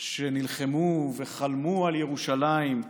שנלחמו וחלמו על ירושלים,